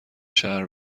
شهر